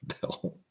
bill